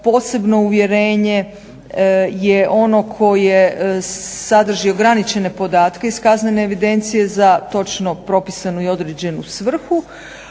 Posebno uvjerenje je ono koje sadrži ograničene podatke iz kaznene evidencije za točno propisanu i određenu svrhu.